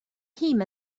him